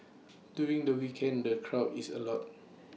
during the weekends the crowd is A lot